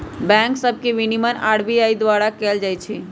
bank सभ के विनियमन आर.बी.आई द्वारा कएल जाइ छइ